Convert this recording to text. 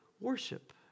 worship